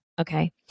Okay